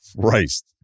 Christ